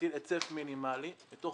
להטיל היצף מינימלי מתוך